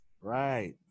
right